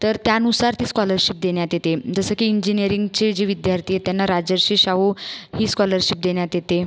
तर त्यानुसार ती स्कॉलरशिप देण्यात येते जसं की इंजिनियरिंगचे जे विद्यार्थी आहेत त्यांना राजर्षी शाहू ही स्कॉलरशिप देण्यात येते